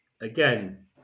again